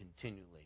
continually